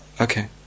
Okay